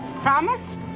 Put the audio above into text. Promise